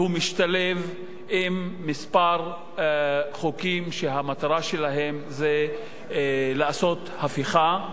והוא משתלב עם כמה חוקים שהמטרה שלהם זה לעשות הפיכה,